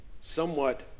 Somewhat